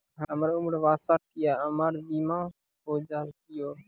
हमर उम्र बासठ वर्ष या हमर बीमा हो जाता यो?